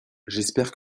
j’espère